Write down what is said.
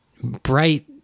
bright